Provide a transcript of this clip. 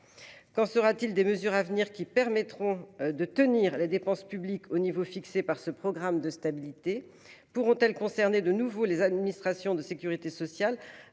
Qu'en sera-t-il des mesures à venir qui permettront de tenir les dépenses publiques au niveau fixé par ce programme de stabilité pourront-elles concernées de nouveau les administrations de Sécurité sociale,